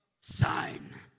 sign